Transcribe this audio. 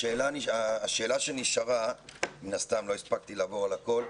השאלה שנשארה ומן הסתם לא הספקתי לעבור על הכול,